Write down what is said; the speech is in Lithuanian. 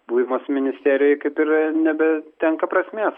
buvimas ministerijoj kaip ir nebetenka prasmės